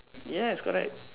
yes correct